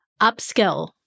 upskill